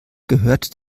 gehört